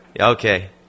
Okay